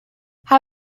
how